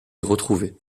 retrouvés